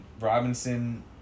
Robinson